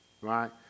Right